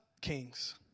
kings